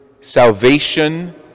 salvation